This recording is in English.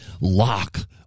lock